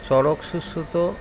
Charak Sushruta